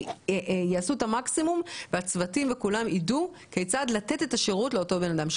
שיעשו את המקסימום והצוותים וכולם ידעו כיצד לתת את השירות לאותו בן אדם,